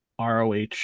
ROH